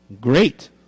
great